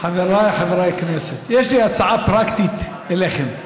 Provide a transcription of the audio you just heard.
חבריי חברי הכנסת, יש לי הצעה פרקטית אליכם,